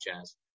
jazz